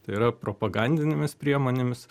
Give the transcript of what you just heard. tai yra propagandinėmis priemonėmis